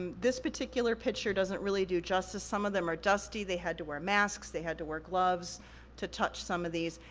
um this particular picture doesn't really do justice, some of them are dusty, they had to wear masks, they had to wear gloves to touch some of these,